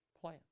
plan